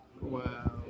Wow